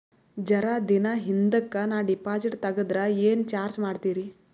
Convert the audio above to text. ಜರ ದಿನ ಹಿಂದಕ ನಾ ಡಿಪಾಜಿಟ್ ತಗದ್ರ ಏನ ಚಾರ್ಜ ಮಾಡ್ತೀರಿ?